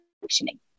functioning